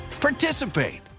participate